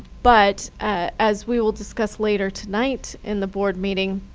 but as we will discuss later tonight in the board meeting,